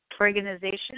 organization